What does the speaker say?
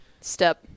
step